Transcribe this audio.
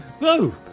No